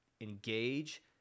engage